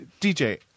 DJ